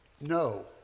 No